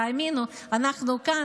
תאמינו, אנחנו כאן.